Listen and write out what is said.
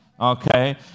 okay